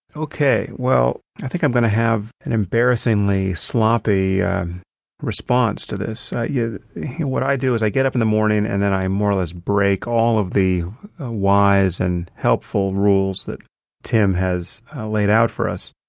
okay. well, i think i'm going to have an embarrassingly sloppy response to this. yeah what i do is i get up in the morning and then i more or less break all of the wise and helpful rules that tim has laid out for us.